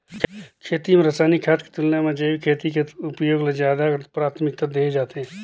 खेती म रसायनिक खाद के तुलना म जैविक खेती के उपयोग ल ज्यादा प्राथमिकता देहे जाथे